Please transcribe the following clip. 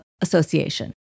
association